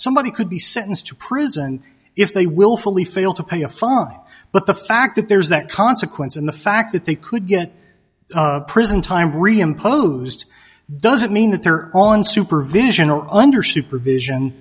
somebody could be sentenced to prison if they willfully fail to pay a fine but the fact that there's that consequence and the fact that they could get prison time reimposed doesn't mean that they're on supervision or under supervision